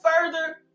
further